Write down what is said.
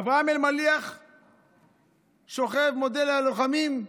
אברהם אלמליח שוכב, מודה ללוחמים,